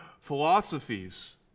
philosophies